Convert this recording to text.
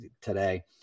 today